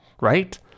right